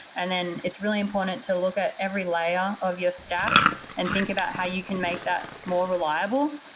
and then it's really important to look at every layer of your stack and think about how you can make that more reliable,